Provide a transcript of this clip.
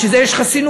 בשביל זה יש חסינות,